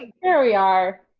and here we are,